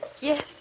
Yes